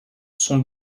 sont